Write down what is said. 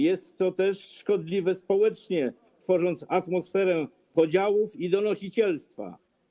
Jest to też szkodliwe społecznie, tworzy atmosferę podziałów i donosicielstwa.